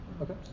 okay